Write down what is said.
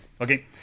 Okay